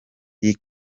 y’i